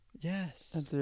Yes